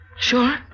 Sure